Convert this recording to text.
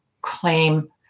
claim